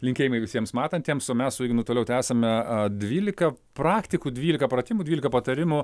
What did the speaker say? linkėjimai visiems matantiems o mes su ignu toliau tęsiame dvylika praktikų dvylika pratimų dvylika patarimų